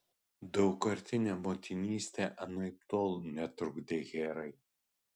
daugkartinė motinystė anaiptol netrukdė herai